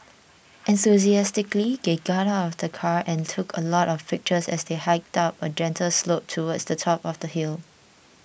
enthusiastically they got out of the car and took a lot of pictures as they hiked up a gentle slope towards the top of the hill